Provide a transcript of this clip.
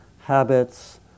habits